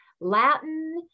latin